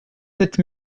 sept